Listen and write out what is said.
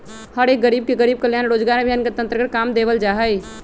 हर एक गरीब के गरीब कल्याण रोजगार अभियान के अन्तर्गत काम देवल जा हई